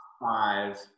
five